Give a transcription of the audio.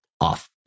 off